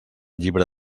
llibre